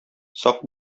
сак